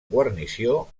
guarnició